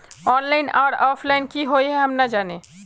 Online आर offline की हुई है हम ना जाने?